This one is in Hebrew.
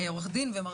וגם